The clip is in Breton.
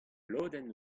lodenn